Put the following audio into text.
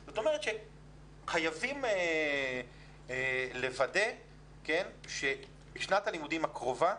זאת אומרת שחייבים לוודא שבשנת הלימודים הקרובה